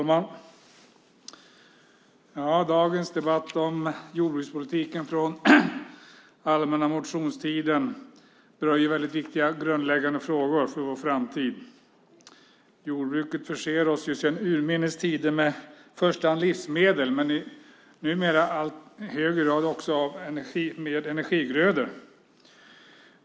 Fru talman! Dagens debatt om jordbrukspolitiken, med anledning av motioner från allmänna motionstiden, rör viktiga och grundläggande frågor för vår framtid. Jordbruket förser oss ju sedan urminnes tider med i första hand livsmedel och numera också i allt högre grad med energigrödor.